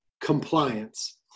compliance